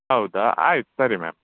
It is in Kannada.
ಹೌದಾ ಆಯ್ತು ಸರಿ ಮ್ಯಾಮ್